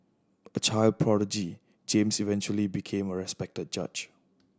a child prodigy James eventually became a respected judge